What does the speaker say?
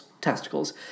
testicles